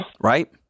Right